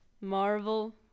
marvel